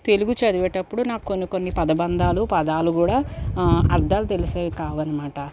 తెలుగు చదివేటప్పుడు నాకు కొన్ని కొన్ని పదబంధాలు పదాలు కూడా అర్థాలు తెలిసేవి కావు అనమాట